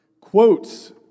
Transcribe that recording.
quotes